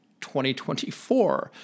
2024